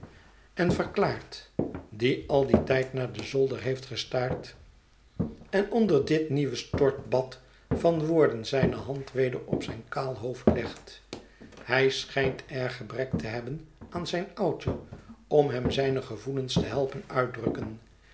en verklaart die al dien tijd naar den zolder heelt gestaard en onder dit nieuwe het verlaten huis stortbad van woorden zijne hand weder op zijn kaal hoofd legt hij schijnt erg gebrek te hebben aan zijn oudje om hem zijne gevoelens te helpen uitdrukken